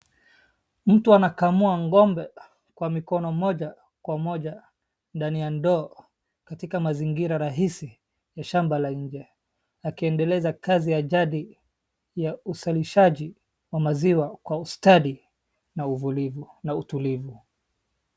Mtu anakamua ng'ombe kwa mikono moja kwa moja ndani ya ndoo katika mazingira rahisi ya shamba la nje akiendelkeza kazi ya jadi ya uzalijshaji wa maziwa kwa usatdi na utulivu.